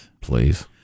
Please